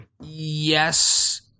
yes